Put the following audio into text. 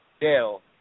Dale